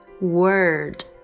word